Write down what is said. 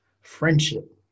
friendship